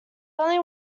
only